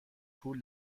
پول